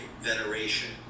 veneration